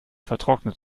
vertrocknet